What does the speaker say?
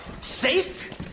Safe